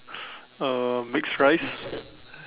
uh mixed rice